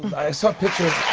i saw pictures